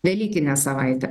velykinę savaitę